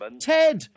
Ted